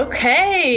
Okay